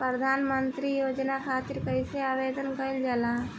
प्रधानमंत्री योजना खातिर कइसे आवेदन कइल जाला?